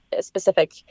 specific